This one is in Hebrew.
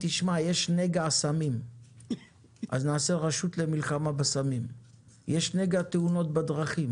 יש נגע הסמים אז נעשה רשות למלחמה בסמים; יש נגע תאונות בדרכים